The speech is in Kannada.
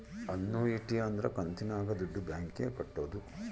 ಅನ್ನೂಯಿಟಿ ಅಂದ್ರ ಕಂತಿನಾಗ ದುಡ್ಡು ಬ್ಯಾಂಕ್ ಗೆ ಕಟ್ಟೋದು